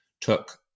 took